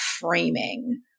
framing